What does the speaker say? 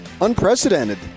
unprecedented